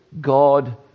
God